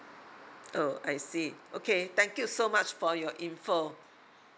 oh I see okay thank you so much for your info